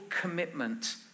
commitment